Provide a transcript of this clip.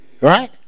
right